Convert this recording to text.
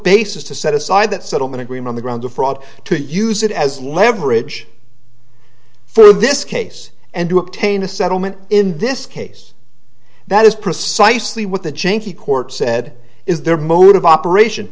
basis to set aside that settlement agreement the grounds of fraud to use it as leverage for this case and to obtain a settlement in this case that is precisely what the janky court said is their mode of operation